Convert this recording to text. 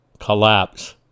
Collapse